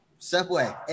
Subway